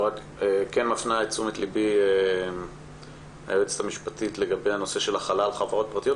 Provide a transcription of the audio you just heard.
כן מפנה את תשומת לב היועצת המשפטית לגבי הנושא של החלת חברות פרטיות.